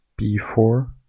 b4